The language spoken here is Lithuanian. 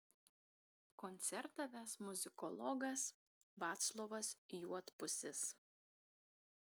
koncertą ves muzikologas vaclovas juodpusis